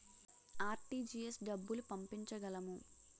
RTGS డబ్బులు పంపించగలము?